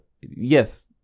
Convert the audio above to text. Yes